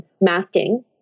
masking